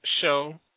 show